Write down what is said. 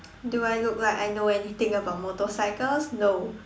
do I look like I know anything about motorcycles no